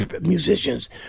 musicians